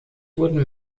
wurden